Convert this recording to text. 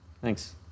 Thanks